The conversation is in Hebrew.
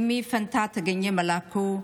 אימי פנטט גני מלקו,